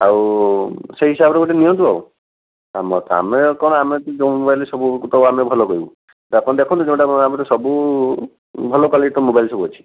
ଆଉ ସେଇ ହିସାବରେ ଗୋଟେ ନିଅନ୍ତୁ ଆଉ ଆମେ କ'ଣ ଆମର ଯେଉଁ ମୋବାଇଲ୍ ସବୁକୁ ତ ଆମେ ଭଲ କହିବୁ ତ ଆପଣ ଦେଖନ୍ତୁ ଯେଉଁଟା ଆମେ ତ ସବୁ ଭଲ କ୍ଵାଲିଟିର ମୋବାଇଲ୍ ସବୁ ଅଛି